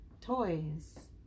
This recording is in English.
toys